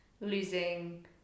losing